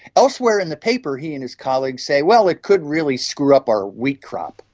elsewhere in the paper he and his colleagues say, well, it could really screw up our wheat crop.